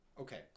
Okay